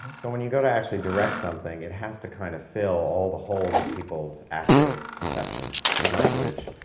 so when you go to actually direct something, it has to kind of fill all the holes of people's active perception language,